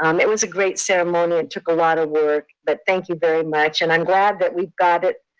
um it was a great ceremony, it took a lot of work, but thank you very much. and i'm glad that we've got it,